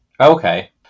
Okay